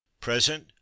Present